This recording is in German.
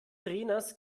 trainers